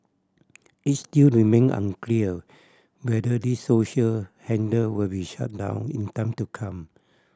it still remain unclear whether these social handle will be shut down in time to come